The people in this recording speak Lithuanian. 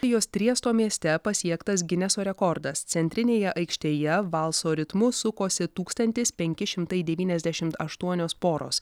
jos triesto mieste pasiektas gineso rekordas centrinėje aikštėje valso ritmu sukosi tūkstantis penki šimtai devyniasdešimt aštuonios poros